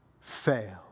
fail